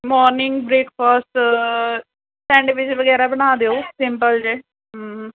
morning breakfast sandwich ਵਗੈਰਾ ਬਣਾ ਦਿਓ ਸਿੰਪਲ ਜਿਹੇ